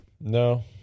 No